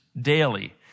daily